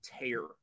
tear